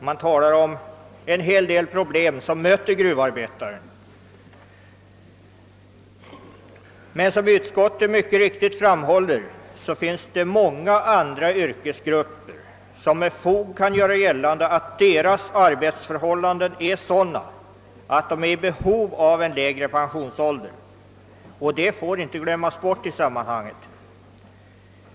Men som utskottet mycket riktigt framhåller finns det många andra yrkesgrupper som ock Så med fog kan göra gällande att deras arbetsförhållanden är sådana att man är i behov av en lägre pensionsålder. Detta får inte glömmas bort i sammanhanget.